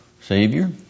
Savior